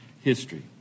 History